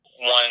One